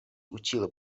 utila